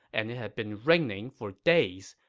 and it had been raining for days.